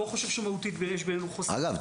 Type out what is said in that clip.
אגב,